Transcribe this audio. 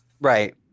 Right